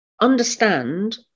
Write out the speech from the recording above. understand